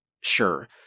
Sure